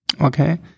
Okay